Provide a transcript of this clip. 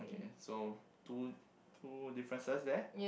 ya so two two differences there